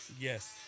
Yes